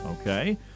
Okay